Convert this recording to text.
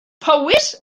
powys